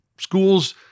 Schools